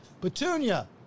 Petunia